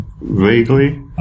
vaguely